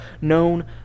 known